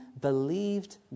believed